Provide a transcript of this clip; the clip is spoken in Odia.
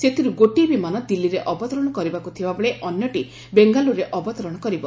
ସେଥିରୁ ଗୋଟିଏ ବିମାନ ଦିଲ୍ଲୀରେ ଅବତରଣ କରିବାକୁ ଥିବାବେଳେ ଅନ୍ୟଟି ବେଙ୍ଗାଲୁରୁରେ ଅବତରଣ କରିବ